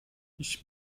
ich